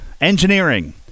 engineering